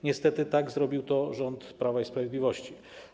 Niestety tak zrobił rząd Prawa i Sprawiedliwości.